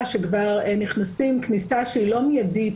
כשכבר נכנסים כניסה שהיא לא מידית,